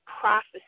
prophecy